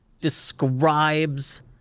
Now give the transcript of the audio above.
describes